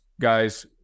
guys